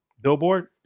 Billboard